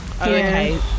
okay